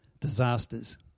disasters